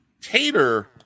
tater